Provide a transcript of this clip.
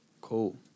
Cool